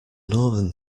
northern